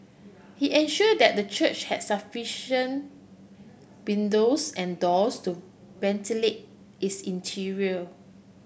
he ensure that the church had sufficient windows and doors to ventilate its interior